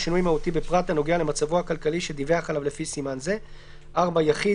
הממונה לפי סעיף 123(ב)לעניין הוצאות הנחוצות למחיית היחיד